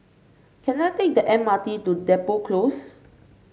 can I take the M R T to Depot Close